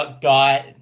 got